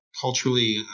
Culturally